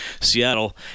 Seattle